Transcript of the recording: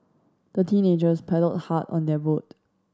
the teenagers paddled hard on their boat